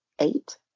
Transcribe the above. eight